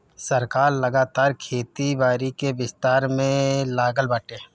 सरकार लगातार खेती बारी के विस्तार में लागल बाटे